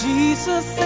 Jesus